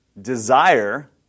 desire